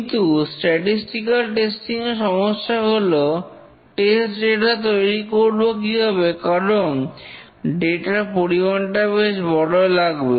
কিন্তু statistical testing এর সমস্যা হলো টেস্ট ডেটা তৈরি করব কিভাবে কারণ ডেটা র পরিমাণটা বেশ বড় লাগবে